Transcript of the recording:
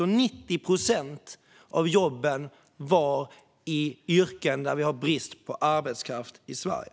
Av dessa jobb var 90 procent i yrken där vi har brist på arbetskraft i Sverige.